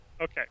Okay